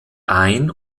ein